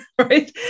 Right